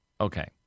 Okay